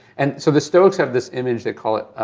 and so the stoics have this image, they call it,